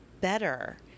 better